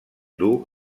dur